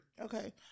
Okay